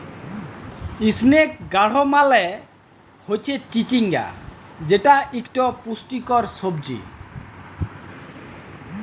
ইসনেক গাড় মালে হচ্যে চিচিঙ্গা যেট ইকট পুষ্টিকর সবজি